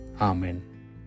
amen